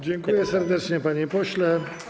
Dziękuję serdecznie, panie pośle.